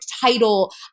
title